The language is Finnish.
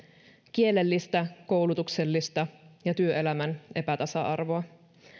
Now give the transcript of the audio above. kielellistä koulutuksellista ja työelämän epätasa arvoa